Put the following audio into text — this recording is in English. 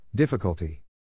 Difficulty